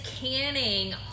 canning